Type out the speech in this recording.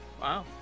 Wow